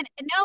no